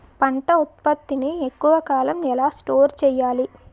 పంట ఉత్పత్తి ని ఎక్కువ కాలం ఎలా స్టోర్ చేయాలి?